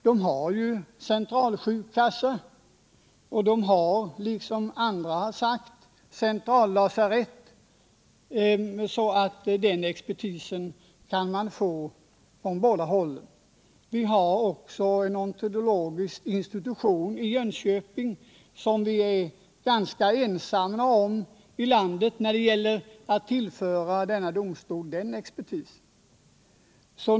Man har även centralsjukkassa och, vilket även andra påpekar, centrallasarett, så den expertisen har man tillgång till. Vi har även en odontologisk institution i Jönköping, och vi är ganska ensamma i landet om att kunna tillföra domstolen även den expertisen.